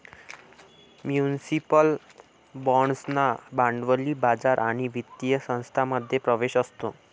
municipal बाँड्सना भांडवली बाजार आणि वित्तीय संस्थांमध्ये प्रवेश असतो